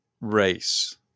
race